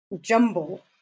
jumble